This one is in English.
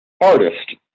Artist